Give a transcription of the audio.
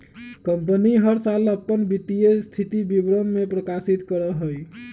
company हर साल अपन वित्तीय स्थिति विवरण के प्रकाशित करा हई